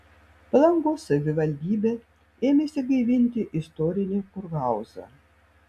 palangos savivaldybė ėmėsi gaivinti istorinį kurhauzą